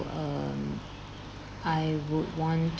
um I would want